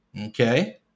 Okay